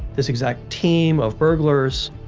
this exact team of burglars.